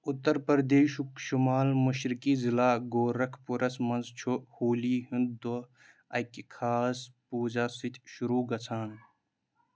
اُتر پردیشُک شُمال مشرقی ضلعہٕ گورکھپوٗرَس منٛز چھُ ہولی ہُنٛد دۄہ اَکہِ خاص پوٗزا سۭتۍ شروٛع گژھان